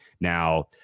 now